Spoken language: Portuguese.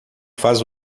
faz